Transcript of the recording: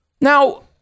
Now